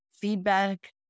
feedback